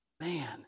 Man